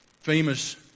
famous